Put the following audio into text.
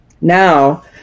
Now